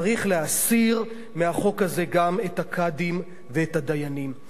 צריך להסיר מהחוק הזה גם את הקאדים ואת הדיינים.